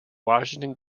washington